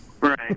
Right